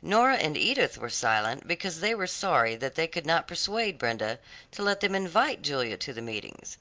nora and edith were silent because they were sorry that they could not persuade brenda to let them invite julia to the meetings.